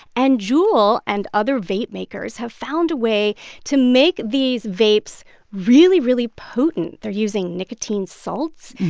and juul and other vape makers have found a way to make these vapes really, really potent. they're using nicotine salts.